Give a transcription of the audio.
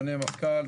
אדוני המפכ"ל,